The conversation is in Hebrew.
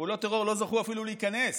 פעולות טרור לא זכו אפילו להיכנס,